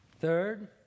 Third